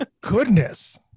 goodness